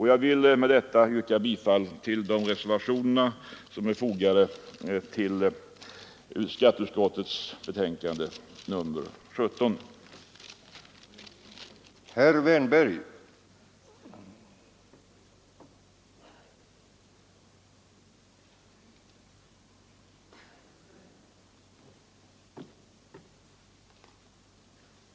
Jag vill därför yrka bifall till de reservationer som är fogade till skatteutskottets betänkande nr 17.